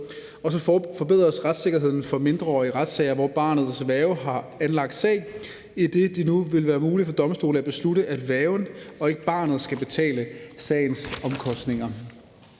og så forbedres retssikkerheden for mindreårige i retssager, hvor barnets værge har anlagt sag, idet det nu vil være muligt for domstolene at beslutte, at værgen og ikke barnet skal betale sagens omkostninger.